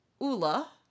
Ula